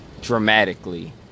dramatically